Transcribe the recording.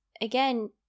again